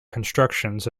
constructions